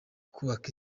kubaka